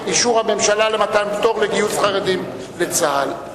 אישור הממשלה למתן פטור לחרדים מגיוס לצה"ל.